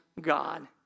God